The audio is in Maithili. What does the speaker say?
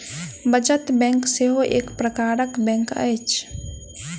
बचत बैंक सेहो एक प्रकारक बैंक अछि